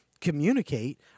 communicate